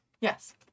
yes